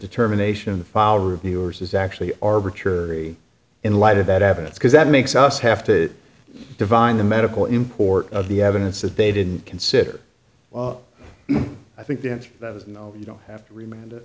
determination of the file reviewers is actually arbitrary in light of that evidence because that makes us have to divine the medical import of the evidence that they didn't consider well i think the answer that was you know you don't have to remin